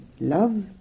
love